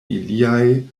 iliaj